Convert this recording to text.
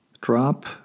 drop